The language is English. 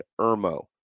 Irmo